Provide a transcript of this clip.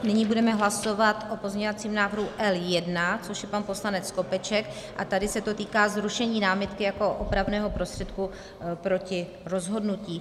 Nyní budeme hlasovat o pozměňovacím návrhu E1, což je pan poslanec Skopeček, a tady se to týká zrušení námitky jako opravného prostředku proti rozhodnutí.